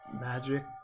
magic